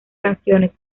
canciones